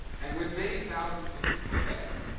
and with many thousands of people there,